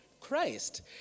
Christ